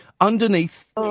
Underneath